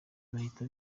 bahita